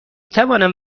توانم